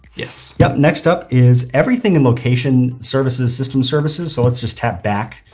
yes. yep. next up is everything in location services, system services, so let's just tap back.